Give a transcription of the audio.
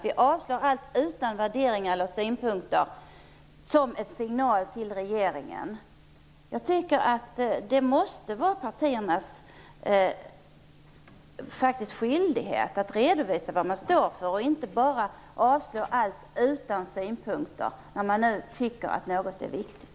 Vi avslår allt, utan värderingar eller synpunkter, som en signal till regeringen. Jag tycker att det måste vara partiernas skyldighet att redovisa vad man står för och inte bara avslå allt utan synpunkter när man tycker att något är viktigt.